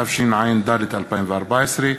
התשע"ד 2014,